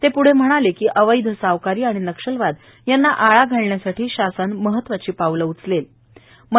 ते प्ढे म्हणाले की अवैध सावकारी नक्षलवाद यांना आळा घालण्यासाठी शासन महत्वाची पावले उचलणार आहे